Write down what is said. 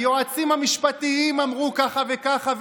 היועצים המשפטיים אמרו ככה וככה,